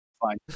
Fine